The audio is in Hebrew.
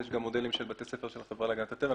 יש גם מודלים של בתי ספר של החברה להגנת הטבע.